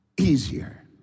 easier